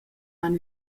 han